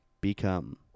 Become